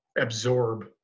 Absorb